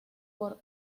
por